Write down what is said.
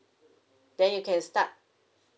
then you can start